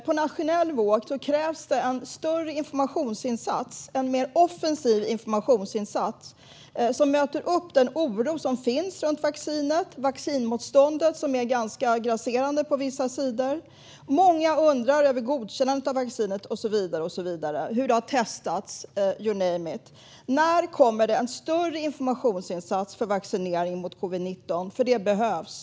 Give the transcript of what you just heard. På nationell nivå krävs det då en större informationsinsats, en mer offensiv informationsinsats, som möter den oro som finns runt vaccinet. Vaccinmotståndet är ganska grasserande på vissa håll. Många undrar över godkännandet av vaccinet, hur det har testats och så vidare - you name it. När kommer det en större informationsinsats för vaccinering mot covid-19? Det behövs.